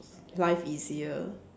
life easier